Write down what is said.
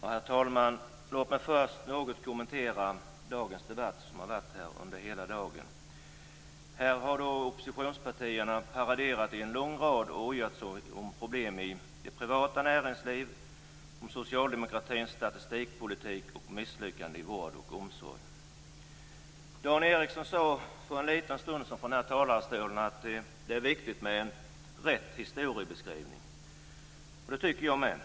Herr talman! Låt mig först något kommentera dagens debatt, som har varat under hela dagen. Oppositionspartierna har paraderat i en lång rad och ojat sig om problem i det privata näringslivet, om socialdemokratins statistikpolitik och misslyckanden i vård och omsorg. Dan Ericsson sade för en liten stund sedan från den här talarstolen att det är viktigt med en riktig historieskrivning. Det tycker jag också.